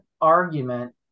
argument